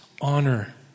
honor